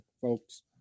folks